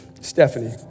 Stephanie